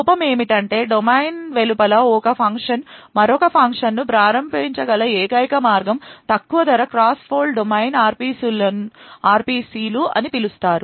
లోపం ఏమిటంటే డొమైన్ వెలుపల ఒక ఫంక్షన్ మరొక ఫంక్షన్ను ప్రారంభించగల ఏకైక మార్గము తక్కువ ధర క్రాస్ Fault domain RPC లు అని పిలుస్తారు